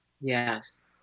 Yes